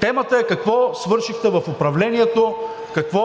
Темата е какво свършихте в управлението, какъв